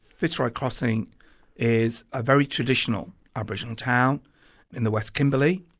fitzroy crossing is a very traditional aboriginal town in the west kimberley.